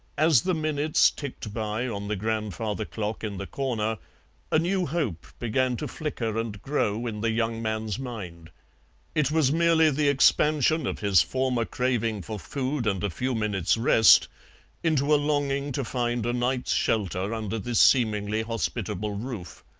as the minutes ticked by on the grandfather clock in the corner a new hope began to flicker and grow in the young man's mind it was merely the expansion of his former craving for food and a few minutes' rest into a longing to find a night's shelter under this seemingly hospitable roof.